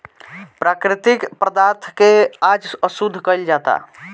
प्राकृतिक पदार्थ के आज अशुद्ध कइल जाता